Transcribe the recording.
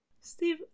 Steve